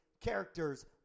characters